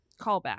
callback